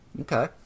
Okay